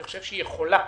אני חושב שהיא יכולה,